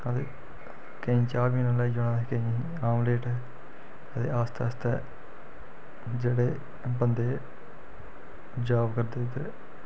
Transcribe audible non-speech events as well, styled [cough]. [unintelligible] केईं चाह् पीना आह्ले आई जाना ते केइयें आमलेट अदे आस्ता आस्ता जेह्ड़े बंदे जाब करदे उद्धर